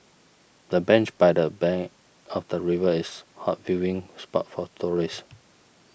the bench by the bank of the river is hot viewing spot for tourists